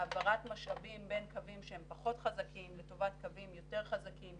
העברת משאבים בין קווים שהם פחות חזקים לטובת קווים יותר חזקים,